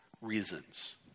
reasons